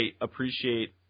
appreciate